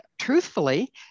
truthfully